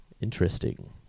interesting